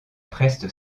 presse